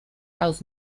aus